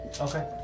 Okay